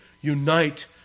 unite